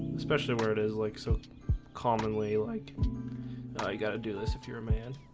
especially where it is like so commonly like i got to do this if you're a man,